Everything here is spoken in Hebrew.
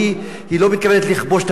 היא לא מתכוונת לכבוש את המדינה ולא